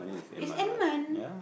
is Edmund